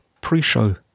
pre-show